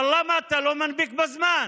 אבל למה אתה לא מנפיק בזמן?